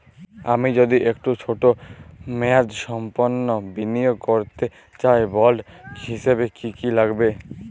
আমি যদি একটু ছোট মেয়াদসম্পন্ন বিনিয়োগ করতে চাই বন্ড হিসেবে কী কী লাগবে?